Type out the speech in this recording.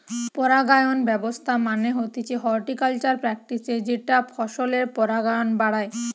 পরাগায়ন ব্যবস্থা মানে হতিছে হর্টিকালচারাল প্র্যাকটিসের যেটা ফসলের পরাগায়ন বাড়ায়